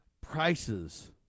prices